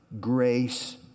grace